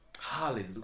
Hallelujah